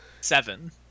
Seven